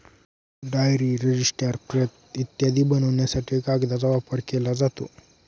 diary, register, प्रत इत्यादी बनवण्यासाठी कागदाचा वापर केला जातो